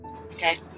Okay